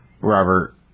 Robert